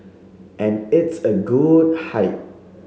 and it's a good height